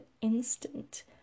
instant